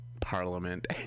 parliament